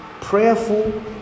prayerful